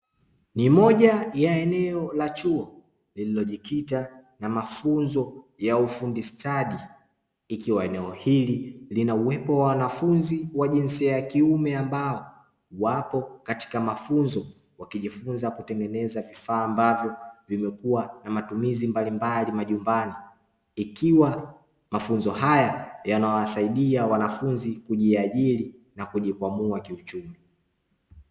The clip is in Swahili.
Ni moja ya eneo la chuo lililojikita na mafunzo ya ufundi stadi ikiwa eneo hili lina uwepo wa wanafunzi wa jinsia ya kiume, ambao wapo katika mafunzo wakijifunza kutengeneza vifaa ambavyo vimekuwa na matumizi mbalimbali majumbani; ikiwa mafunzo haya yanawasaidia wanafunzi kujiajiri na kujikwamua kiuchumi.